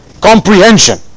comprehension